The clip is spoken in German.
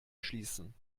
schließen